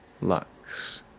Lux